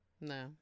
No